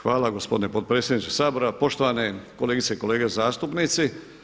Hvala gospodine potpredsjedniče Sabora, poštovane kolegice i kolege zastupnici.